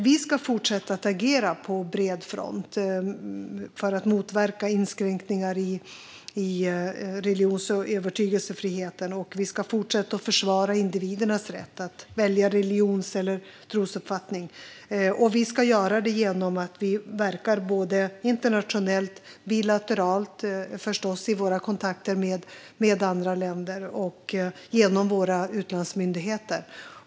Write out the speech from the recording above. Vi ska fortsätta att agera på bred front för att motverka inskränkningar i religions och övertygelsefriheten, och vi ska fortsätta att försvara individens rätt att välja religions eller trosuppfattning. Vi ska göra detta genom att verka både internationellt och bilateralt i våra kontakter med andra länder och genom våra utlandsmyndigheter.